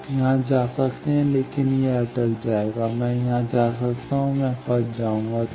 आप यहां जा सकते हैं लेकिन फिर यह अटक जाएगा मैं यहां जा सकता हूं मैं फंस जाऊंगा